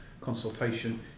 consultation